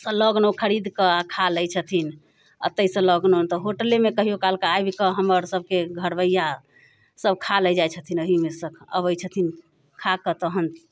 लऽ गेलहुँ खरीद कऽ आओर खा लै छथिन अतैसँ लऽ गेलहुँ तऽ होटलेमे कहियो काल कऽ आबिकऽ हमर सबके घरबैया सब खा लै जाइ छथिन अहिमे सँ अबै छथिन खा कऽ तहन